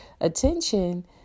attention